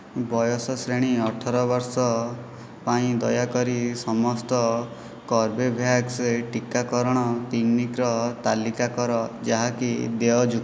ବୟସ ଶ୍ରେଣୀ ଅଠର ବର୍ଷ ପାଇଁ ଦୟାକରି ସମସ୍ତ କର୍ବେଭ୍ୟାକ୍ସ ଟିକାକରଣ କ୍ଲିନିକ୍ର ତାଲିକା କର ଯାହା କି ଦେୟଯୁକ୍ତ